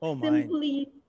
simply